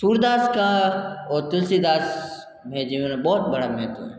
सूरदास का और तुलसीदास मेरे जीवन बहुत बड़ा महत्व है